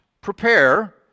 prepare